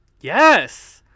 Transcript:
Yes